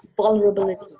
vulnerability